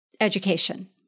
education